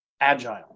agile